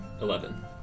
eleven